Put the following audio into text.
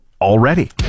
already